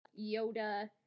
Yoda